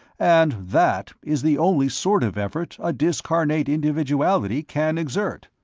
and that is the only sort of effort a discarnate individuality can exert.